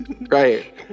right